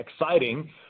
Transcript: exciting